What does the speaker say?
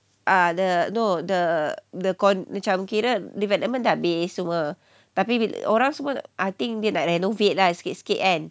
uh the no the the macam kira development dah habis semua tapi orang semua I think they nak renovate ah sikit-sikit kan